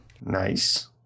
Nice